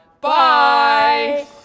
Bye